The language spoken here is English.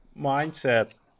mindset